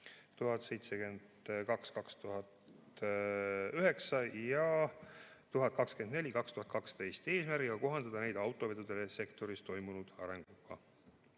1072/2009 ja 1024/2012, eesmärgiga kohaldada neid autovedude sektoris toimunud arenguga.